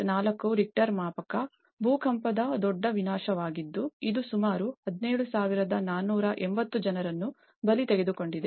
4 Richter ಮಾಪಕ ಭೂಕಂಪದ ದೊಡ್ಡ ವಿನಾಶವಾಗಿದ್ದು ಇದು ಸುಮಾರು 17480 ಜನರನ್ನು ಬಲಿ ತೆಗೆದುಕೊಂಡಿದೆ